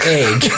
egg